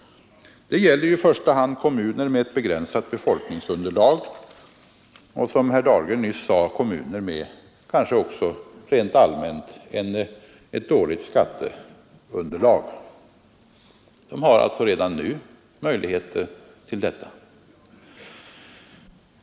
Det gäller i första hand kommuner med begränsat befolkningsunderlag och, som herr Dahlgren nyss sade, kanske också kommuner med rent allmänt ett dåligt skatteunderlag. Vi har alltså redan nu möjligheter till att där avvika från kostnadstäckningskravet.